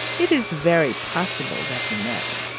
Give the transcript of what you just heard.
it is very possible that he may.